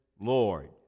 Lord